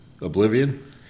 oblivion